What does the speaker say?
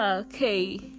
okay